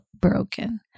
broken